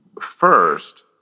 first